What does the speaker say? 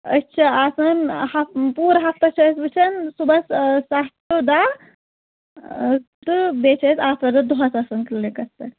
أسۍ چھِ آسَان پوٗرٕ ہفتس چھِ أسۍ وٕچھَن صُبَحس سَتھ ٹُو دَہ تہٕ بیٚیہِ چھِ اَسہِ آفر دۄہَس آسَان کِلنِکَس پٮ۪ٹھ